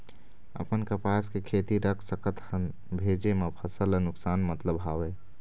अपन कपास के खेती रख सकत हन भेजे मा फसल ला नुकसान मतलब हावे?